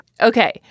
Okay